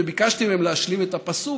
וביקשתי מהם להשלים את הפסוק,